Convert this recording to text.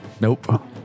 Nope